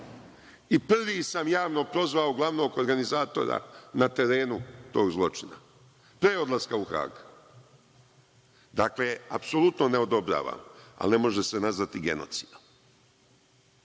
I prvi sam javno prozvao glavnog organizatora na terenu tog zločina pre odlaska u Hag. Dakle, apsolutno ne odobravam, ali ne može se nazvati genocidom. Zatim,